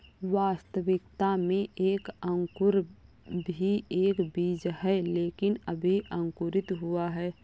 वास्तविकता में एक अंकुर भी एक बीज है लेकिन अभी अंकुरित हुआ है